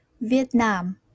Vietnam